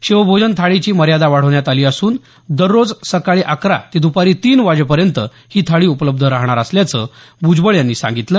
शिवभोजन थाळीची मर्यादा वाढवण्यात आली असून दररोज सकाळी अकरा ते द्पारी तीन वाजेपर्यंत ही थाळी उपलब्ध राहणार असल्याचं भुजबळ यांनी सांगितलं